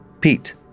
Pete